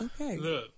Okay